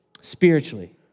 spiritually